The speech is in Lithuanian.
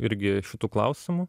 irgi šitu klausimu